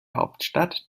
hauptstadt